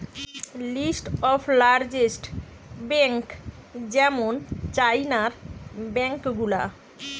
list of largest bank যেমন চাইনার bank গুলা